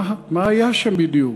מה היה שם בדיוק?